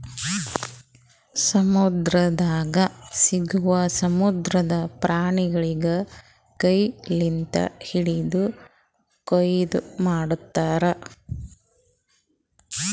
ಸಮುದ್ರದಾಗ್ ಸಿಗವು ಸಮುದ್ರದ ಪ್ರಾಣಿಗೊಳಿಗ್ ಕೈ ಲಿಂತ್ ಹಿಡ್ದು ಕೊಯ್ಲಿ ಮಾಡ್ತಾರ್